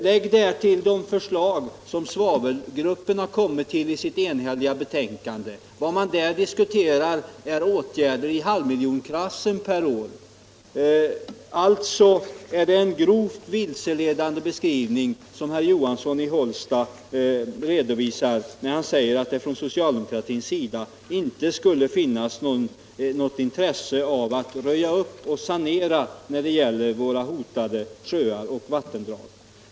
Lägg därtill de förslag som svavelgruppen kommit med i sitt enhälliga betänkande. Vad man diskuterar är åtgärder i halvmiljonsklassen per år. Det är alltså en grovt vilseledande beskrivning som herr Johansson i Hållsta redovisar, när han säger att det från socialdemokratins sida inte skulle finnas något intresse av att röja upp och sanera våra hotade sjöar och vattendrag.